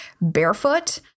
barefoot